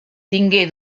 tingué